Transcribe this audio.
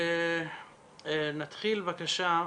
אנחנו נתחיל, בבקשה,